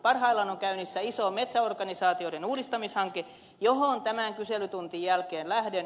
parhaillaan on menossa iso metsäorganisaatioiden uudistamishanke johon tämän kyselytunnin jälkeen lähden